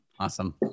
Awesome